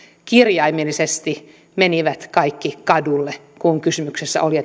kirjaimellisesti menivät kaikki kadulle kun kysymyksessä oli